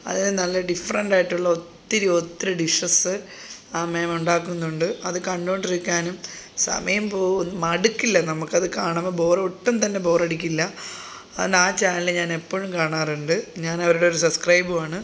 അതിൽ നല്ല ഡിഫ്റെൻറ്റ് ആയിട്ടുള്ള ഒത്തിരി ഒത്തിരി ഡിഷസ് ആ മാം ഉണ്ടാക്കുന്നുണ്ട് അതു കണ്ടുകൊണ്ടിരിക്കാനും സമയം പോകും മടുക്കില്ല നമുക്കത് കാണുമ്പോൾ ബോർ ഒട്ടുംതന്നെ ബോറടിക്കില്ല അതു കൊണ്ട് ആ ചാനൽ ഞാൻ എപ്പോഴും കാണാറുണ്ട് ഞാനവരുടെ ഒരു സബ്സ്ക്രൈബറാണ്